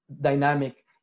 dynamic